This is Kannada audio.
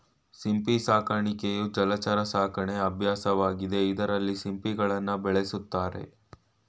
ಸಿಂಪಿ ಸಾಕಾಣಿಕೆಯು ಜಲಚರ ಸಾಕಣೆ ಅಭ್ಯಾಸವಾಗಿದೆ ಇದ್ರಲ್ಲಿ ಸಿಂಪಿಗಳನ್ನ ಬೆಳೆಸ್ತಾರೆ